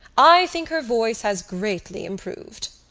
i think her voice has greatly improved.